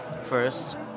first